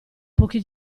pochi